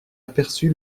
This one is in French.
aperçu